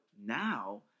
now